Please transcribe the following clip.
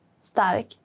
stark